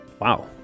Wow